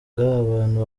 abantu